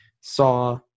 saw